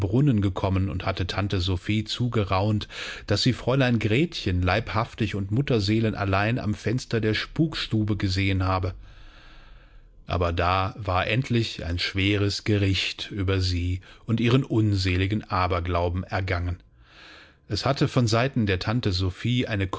gekommen und hatte tante sophie zugeraunt daß sie fräulein gretchen leibhaftig und mutterseelenallein am fenster der spukstube gesehen habe aber da war endlich ein schweres gericht über sie und ihren unseligen aberglauben ergangen es hatte von seiten der tante sophie eine